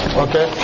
okay